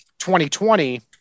2020